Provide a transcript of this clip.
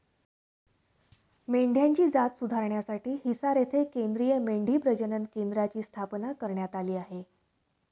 मेंढ्यांची जात सुधारण्यासाठी हिसार येथे केंद्रीय मेंढी प्रजनन केंद्राची स्थापना करण्यात आली आहे